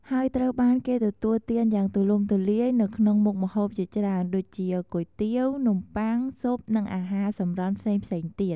ហើយត្រូវបានគេទទួលទានយ៉ាងទូលំទូលាយនៅក្នុងមុខម្ហូបជាច្រើនដូចជា គុយទាវ នំបុ័ង ស៊ុប និងអាហារសម្រន់ផ្សេងៗទៀត។